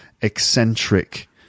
eccentric